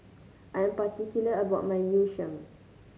I am particular about my Yu Sheng